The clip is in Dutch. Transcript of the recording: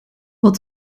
wat